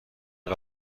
این